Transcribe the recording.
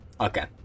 Okay